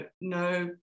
no